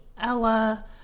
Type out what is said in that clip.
Ella